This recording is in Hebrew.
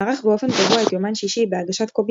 ערך באופן קבוע את "יומן שישי" בהגשת קובי